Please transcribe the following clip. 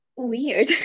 weird